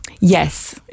Yes